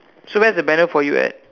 so where's the banner for you at